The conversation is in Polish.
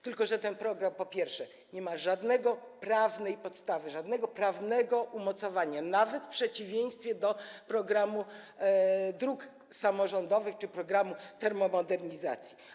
Tylko że ten program, po pierwsze, nie ma żadnej prawnej podstawy, żadnego prawnego umocowania, nawet w przeciwieństwie do programu dróg samorządowych czy programu termomodernizacji.